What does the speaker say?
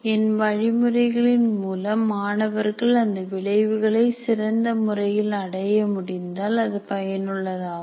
என் வழிமுறைகளின் மூலம் மாணவர்கள் அந்த விளைவுகளை சிறந்த முறையில் அடைய முடிந்தால் அது பயனுள்ளதாகும்